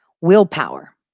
Willpower